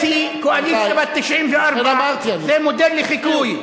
היא, קואליציה בת 94, זה מודל לחיקוי.